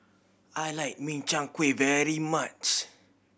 I like Min Chiang Kueh very much